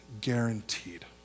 guaranteed